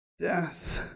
death